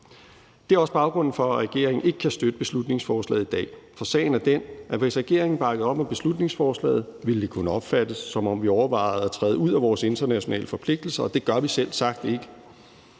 Det er også baggrunden for, at regeringen ikke kan støtte beslutningsforslaget i dag, for sagen er den, at hvis regeringen bakkede op om beslutningsforslaget, ville det kunne opfattes, som om vi overvejede at træde ud af vores internationale forpligtelser, og det gør vi selvsagt ikke.